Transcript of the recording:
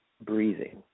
breathing